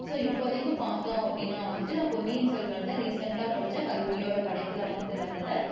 so இப்போதைக்கு பார்த்தோம் அப்டின்னா வந்துகிட்டு நான் பொன்னியின் செல்வன் தான் ரீசெண்டாக படிச்ச கல்கியோட படைப்பில் வந்துகிட்டு வந்தது